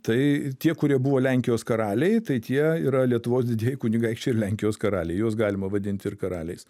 tai tie kurie buvo lenkijos karaliai tai tie yra lietuvos didieji kunigaikščiai ir lenkijos karaliai juos galima vadinti ir karaliais